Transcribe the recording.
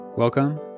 Welcome